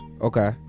Okay